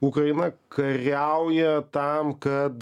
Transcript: ukraina kariauja tam kad